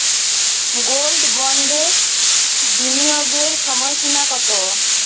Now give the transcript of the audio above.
Gold বন্ডে বিনিয়োগের সময়সীমা কতো?